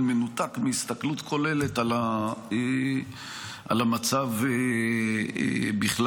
מנותק מהסתכלות כוללת על המצב בכללותו.